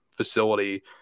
facility